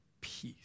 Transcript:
peace